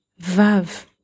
Vav